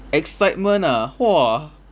excitement ah !whoa!